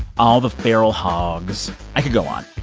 all the feral hogs i could go on.